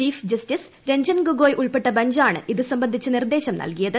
chief justice Ranjan Gogoi ഉൾപ്പെട്ട ബഞ്ചാണ് ഇതുസംബന്ധിച്ച നിർദ്ദേശം നൽകിയത്